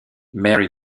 mary